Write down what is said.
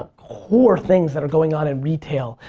ah core things that are going on in retail.